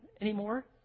anymore